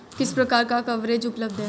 किस प्रकार का कवरेज उपलब्ध है?